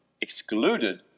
excluded